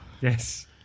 Yes